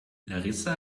larissa